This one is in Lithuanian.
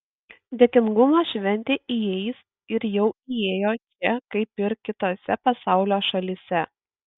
dėkingumo šventė įeis ir jau įėjo čia kaip ir kitose pasaulio šalyse